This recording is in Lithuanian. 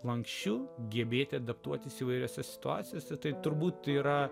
lanksčiu gebėti adaptuotis įvairiose situacijose tai turbūt yra